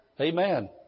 Amen